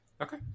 Okay